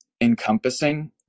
encompassing